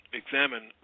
examine